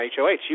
HOH